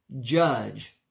judge